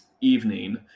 evening